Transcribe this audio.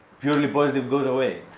purely positive goes away